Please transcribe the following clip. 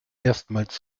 erstmals